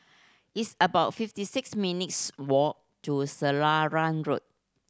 it's about fifty six minutes' walk to Selarang Road